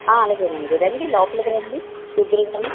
ఆ అలాగేనండి రండి లోపలికి రండి చూద్దురుగాని